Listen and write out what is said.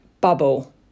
bubble